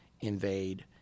invade